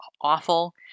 awful